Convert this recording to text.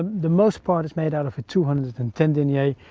the most part is made out of two hundred and ten denier,